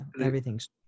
everything's